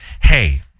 hey